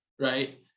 right